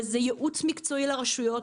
וזה ייעוץ מקצועי לרשויות,